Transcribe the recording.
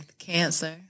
Cancer